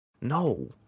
No